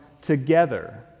together